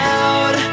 out